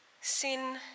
Sin